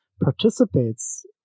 participates